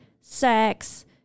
sex